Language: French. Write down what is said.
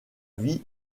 vie